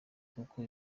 kuko